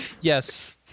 Yes